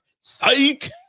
Psych